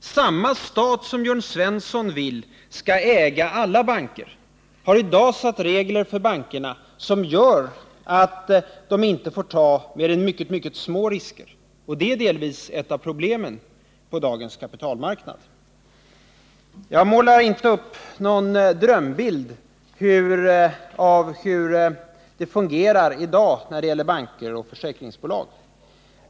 Samma stat som Jörn Svensson vill skall äga alla banker har i dag satt regler för bankerna som gör att de inte får ta mer än mycket små risker. Det är delvis ett av problemen på dagens kapitalmarknad. Jag målar inte upp någon drömbild av hur det fungerar i dag när det gäller banker och försäkringsbolag.